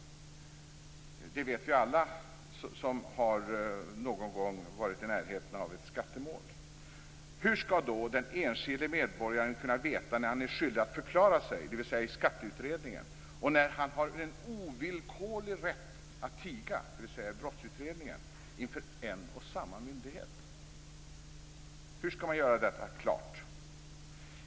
Det vet vi alla som någon har varit i närheten av ett skattemål. Hur skall då den enskilde medborgaren kunna veta när han är skyldig att förklara sig, dvs. i skatteutredningen, och när han har en ovillkorlig rätt att tiga, dvs. i brottsutredningen, inför en och samma myndighet? Hur skall man göra detta klart?